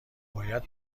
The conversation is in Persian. باید